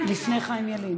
חיים ילין,